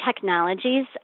technologies